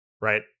right